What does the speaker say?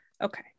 okay